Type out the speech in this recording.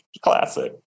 classic